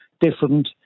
different